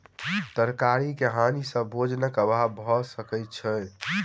तरकारी के हानि सॅ भोजनक अभाव भअ सकै छै